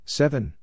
seven